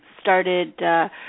started –